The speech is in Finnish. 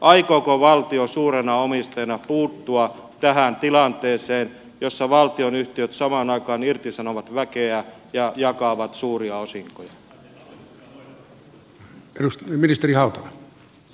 aikooko valtio suurena omistajana puuttua tähän tilanteeseen jossa valtionyhtiöt samaan aikaan irtisanovat väkeä ja jakavat suuria osinkoja